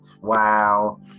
wow